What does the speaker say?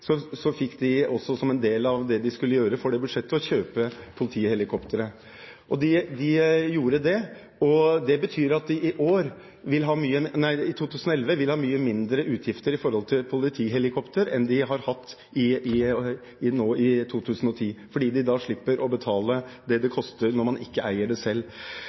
En del av det de skulle gjøre innenfor det budsjettet, var å kjøpe politihelikoptre. De gjorde det. Det betyr at de i 2011 vil ha mye mindre utgifter til politihelikopter enn de har hatt nå i 2010, fordi de da slipper å betale det det koster når man ikke eier det selv.